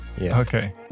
Okay